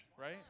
right